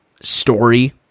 story